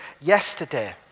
yesterday